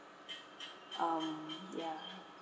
um ya